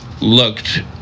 looked